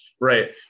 Right